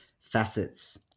facets